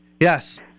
Yes